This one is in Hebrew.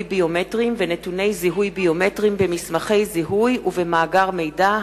ביומטריים ונתוני זיהוי ביומטריים במסמכי זיהוי ובמאגר מידע,